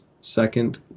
second